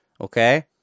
okay